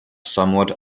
somewhat